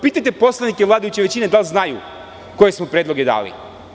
Pitajte poslanike vladajuće većine da li znaju koje smo predloge dali?